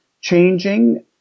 changing